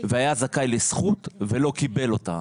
היה זכאי לזכות ולא קיבל אותה.